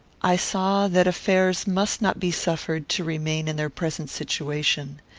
i saw that affairs must not be suffered to remain in their present situation.